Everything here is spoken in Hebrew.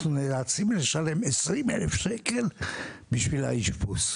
אנחנו נאלצים לשלם 20 אלף שקל בשביל האשפוז.